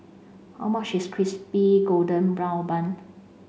how much is crispy golden brown bun